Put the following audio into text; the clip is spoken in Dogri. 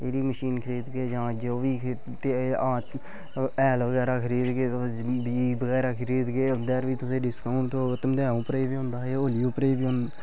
एह्डी मशीन खरीदगे जां जो बी फिर हां हैल बगैरा खरीदगे तुस बीऽ बगैरा खरीदगे तुस उंदे 'र बी डिस्कौंट बगैरा थ्होग तुं'दे होली उप्परे बी होंदा हा